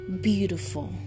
beautiful